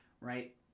Right